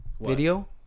Video